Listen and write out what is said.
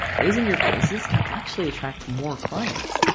raising your prices can actually attract more clients.